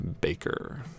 Baker